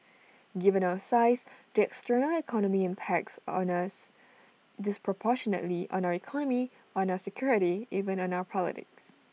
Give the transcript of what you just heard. given our size the external environment impacts on us disproportionately on our economy on our security even on our politics